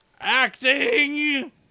Acting